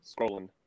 Scrolling